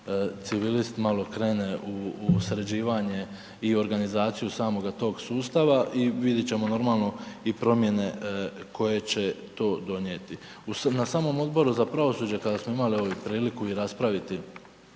civilist malo krene u sređivanje i organizaciju samoga toga sustava i vidjet ćemo normalno, i promjene koje će to donijeti. Na samom Odboru za pravosuđe kada smo imali evo i priliku i raspraviti